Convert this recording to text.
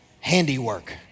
handiwork